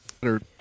better